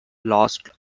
lost